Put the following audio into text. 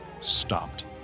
stopped